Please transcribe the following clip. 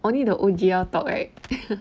only the O_G_L talk right